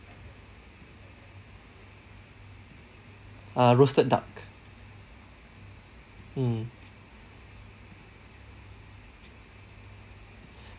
ah roasted duck mm